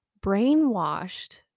brainwashed